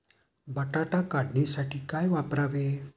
बटाटा काढणीसाठी काय वापरावे?